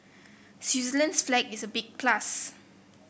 Switzerland's flag is a big plus